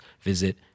visit